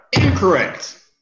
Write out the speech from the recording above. incorrect